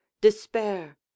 despair